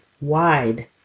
wide